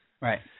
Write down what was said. Right